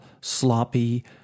sloppy